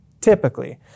typically